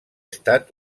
estat